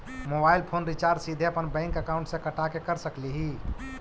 Mobile phone recharge सीधे अपन bank account से कटा के कर सकली ही?